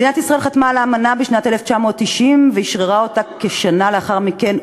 מדינת ישראל חתמה על האמנה בשנת 1990 ואשררה אותה כשנה לאחר מכן,